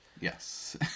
Yes